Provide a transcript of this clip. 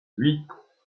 huit